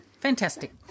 fantastic